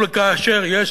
אבל כאשר יש,